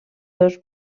dos